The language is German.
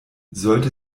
sollte